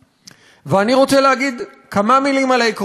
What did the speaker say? אני רוצה להגיד כמה מילים על העקרונות הבסיסיים: